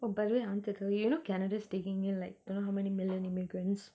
oh by the way I'm just a way you know canada's taking in like don't know how many million immigrants